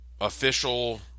official